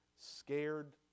scared